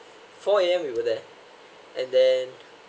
four A_M we were there and then